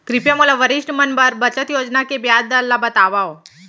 कृपया मोला वरिष्ठ मन बर बचत योजना के ब्याज दर ला बतावव